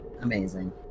Amazing